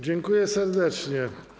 Dziękuję serdecznie.